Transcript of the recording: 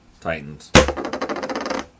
Titans